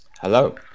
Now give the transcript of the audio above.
Hello